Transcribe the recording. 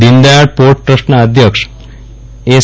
દીન Dayal port ટ્રસ્ટના અધ્યક્ષ S